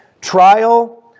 trial